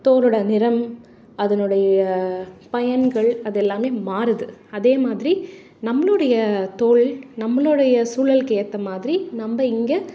தோலோடய நிறம் அதனுடைய பயன்கள் அதெல்லாமே மாறுது அதேமாதிரி நம்மளுடைய தோல் நம்மளுடைய சூழலுக்கு ஏற்றமாதிரி நம்ம இங்கே